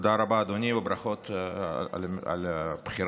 תודה רבה, אדוני, וברכות על הבחירה.